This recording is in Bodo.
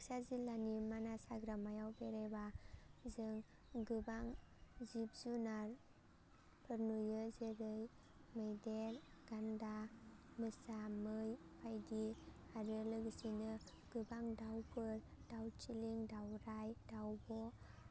बाक्सा जिल्लानि मानास हाग्रामायाव बेरायबा जों गोबां जिब जुनारफोर नुयो जेरै मैदेर गान्दा मोसा मै बायदि आरो लोगोसेनो गोबां दाउफोर दाउथिलिं दाउराइ दाउब'